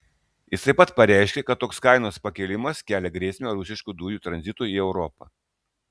jis taip pat pareiškė kad toks kainos pakėlimas kelia grėsmę rusiškų dujų tranzitui į europą